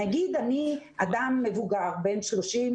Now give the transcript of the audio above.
נגיד אני אדם מבוגר בן 30,